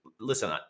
Listen